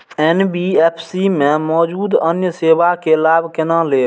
NBFC में मौजूद अन्य सेवा के लाभ केना लैब?